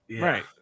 Right